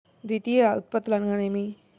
ద్వితీయ ఉత్పత్తులు అనగా నేమి?